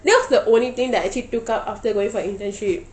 that was the only thing that I actually took up after going for internship